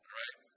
right